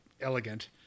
elegant